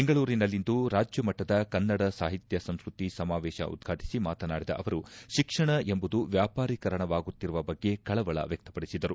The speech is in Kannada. ಬೆಂಗಳೂರಿನಲ್ಲಿಂದು ರಾಜ್ಯಮಟ್ಟದ ಕನ್ನಡ ಸಾಹಿತ್ಯ ಸಂಸ್ಕೃತಿ ಸಮಾವೇಶ ಉದ್ಘಾಟಿಸಿ ಮಾತನಾಡಿದ ಅವರು ಶಿಕ್ಷಣ ಎಂಬುದು ವ್ಯಾಪಾರಿಕರಣವಾಗುತ್ತಿರುವ ಬಗ್ಗೆ ಕಳವಳ ವ್ಯಕ್ಷಪಡಿಸಿದರು